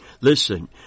Listen